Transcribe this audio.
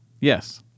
Yes